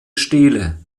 stele